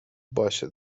باشه